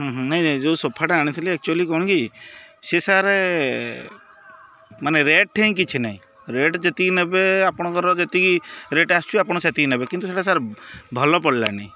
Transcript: ନାଇଁ ନାଇଁ ଯେଉଁ ସୋଫାଟା ଆଣିଥିଲି ଆକ୍ଚ୍ୟୁଆଲି କ'ଣ କି ସେ ସାର୍ ମାନେ ରେଟ୍ ଠେଇଁ କିଛି ନାହିଁ ରେଟ୍ ଯେତିକି ନେବେ ଆପଣଙ୍କର ଯେତିକି ରେଟ୍ ଆସୁଛି ଆପଣ ସେତିକି ନେବେ କିନ୍ତୁ ସେଇଟା ସାର୍ ଭଲ ପଡ଼ିଲାନି